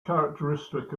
characteristic